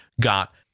got